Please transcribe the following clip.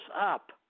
up